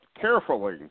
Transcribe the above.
carefully